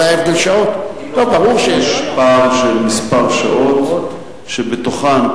יש פער של כמה שעות שבהן,